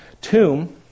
tomb